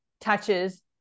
touches